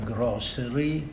Grocery